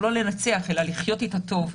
או לא לנצח אלא לחיות אתה טוב,